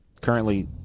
currently